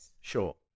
Sure